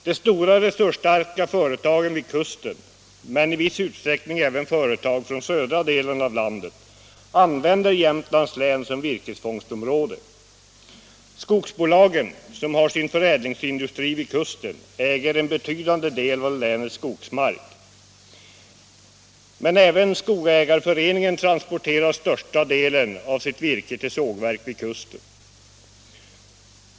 De stora, resursstarka företagen vid kusten, och i viss utsträckning även företag från södra delen av landet, använder Jämtlands län som virkesfångstområde. Skogsbolagen, som har sin förädlingsindustri vid kusten, äger en betydande del av länets skogsmark. Men även skogsägarföreningen transporterar den största delen av sitt virke till sågverk vid kusten.